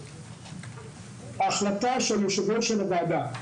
ההחלטה של יושב-ראש הוועדה,